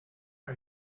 are